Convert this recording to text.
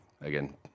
again